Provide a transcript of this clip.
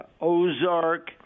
Ozark